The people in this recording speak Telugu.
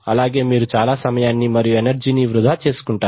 అలాగే మీరు చాలా సమయాన్ని మరియు ఎనర్జీని వృథా చేసుకుంటారు